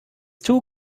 too